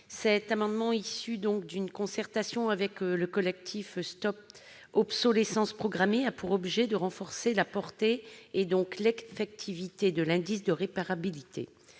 Cet amendement, issu d'une concertation avec le collectif Halte à l'obsolescence programmée, a pour objet de renforcer la portée, et donc l'effectivité, de l'indice de réparabilité.